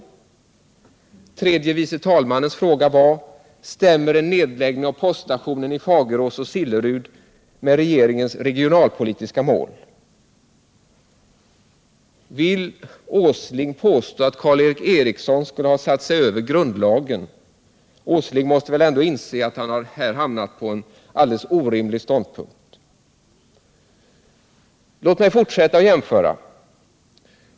Tredje vice talmannens fråga var: Stämmer en nedläggning av poststationen i Fagerås och Sillerud med regeringens regionalpolitiska mål? Vill Nils Åsling påstå att Karl Erik Eriksson skulle ha satt sig över grundlagen? Nils Åsling måste väl ändå inse att han här har hamnat på en alldeles orimlig ståndpunkt. Låt mig fortsätta att jämföra!